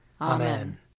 Amen